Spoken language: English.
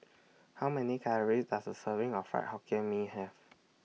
How Many Calories Does A Serving of Fried Hokkien Mee Have